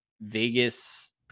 Vegas